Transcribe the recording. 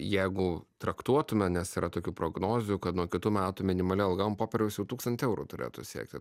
jeigu traktuotume nes yra tokių prognozių kad nuo kitų metų minimali alga ant popieriaus jau tūkstantį eurų turėtų siekti